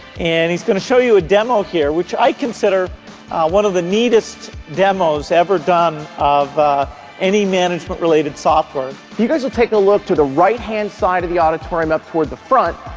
and he's gonna show you a demo here which i consider one of the neatest demos ever done of any management related software. if you guys will take a look to the right-hand side of the auditorium up toward the front,